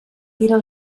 tira